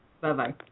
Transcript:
Bye-bye